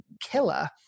killer